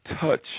touch